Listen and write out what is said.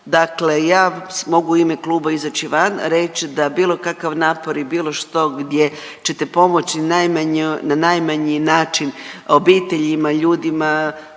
Dakle ja mogu u ime kluba izaći van, reći da bilo kakav napor i bilo što gdje ćete pomoći na najmanji način obiteljima, ljudima